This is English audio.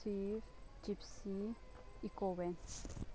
jeep gypsy eco van